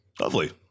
Lovely